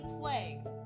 plagued